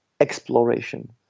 exploration